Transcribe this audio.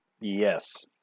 Yes